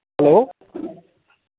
hello